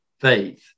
faith